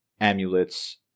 amulets